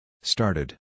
Started